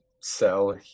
sell